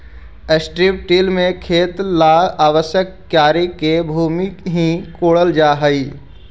strip till में खेत ला आवश्यक क्यारी के भूमि के ही कोड़ल जा हई